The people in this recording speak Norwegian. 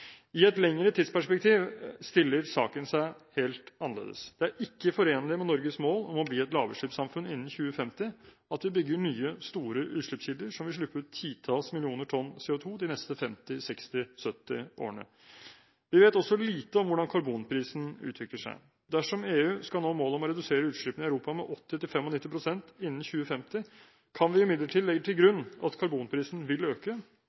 I et lengre tidsperspektiv stiller saken seg helt annerledes. Det er ikke forenlig med Norges mål om å bli et lavutslippssamfunn innen 2050 at vi bygger nye, store utslippskilder som vil slippe ut titalls millioner tonn CO2 de neste 50, 60, 70 årene. Vi vet også lite om hvordan karbonprisen utvikler seg. Dersom EU skal nå målet om å redusere utslippene i Europa med 80–95 pst. innen 2050, kan vi imidlertid legge til grunn at karbonprisen vil øke,